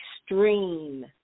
extreme